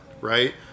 right